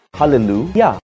Hallelujah